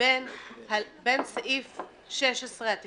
בין סעיף 16 התכנון,